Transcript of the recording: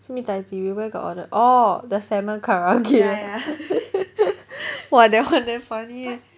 simi daiji we where got order orh the salmon karaage !wah! that one damn funny eh